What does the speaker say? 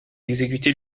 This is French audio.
exécuter